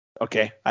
Okay